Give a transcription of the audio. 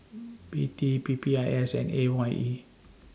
P T P P I S and A Y E